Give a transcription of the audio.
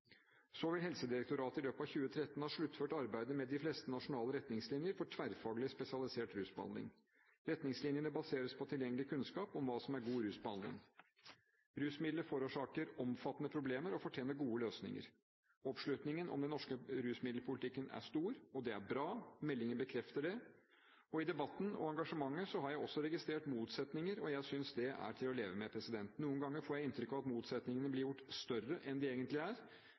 Så vil Helsedirektoratet i løpet av 2013 ha sluttført arbeidet med de fleste nasjonale retningslinjer for tverrfaglig spesialisert rusbehandling. Retningslinjene baseres på tilgjengelig kunnskap om hva som er god rusbehandling. Rusmidler forårsaker omfattende problemer og fortjener gode løsninger. Oppslutningen om den norske rusmiddelpolitikken er stor. Det er bra, meldinger bekrefter det. I debatten og engasjementet har jeg også registrert motsetninger, og jeg synes det er til å leve med. Noen ganger får jeg inntrykk av at motsetningene blir gjort større enn de egentlig er.